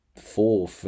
four